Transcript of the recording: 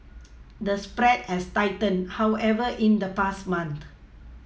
the spread has tightened however in the past month